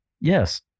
Yes